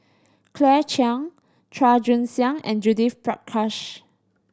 Claire Chiang Chua Joon Siang and Judith Prakash